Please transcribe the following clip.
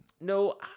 No